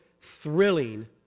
thrilling